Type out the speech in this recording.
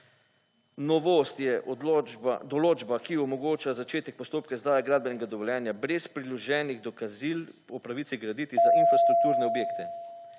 novost je določba, ki omogoča začetek postopka izdaje gradbenega dovoljenja brez priloženih dokazil o pravici graditve za infrastrukturne objekte.